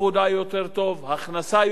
הכנסה יותר טובה,